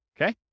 okay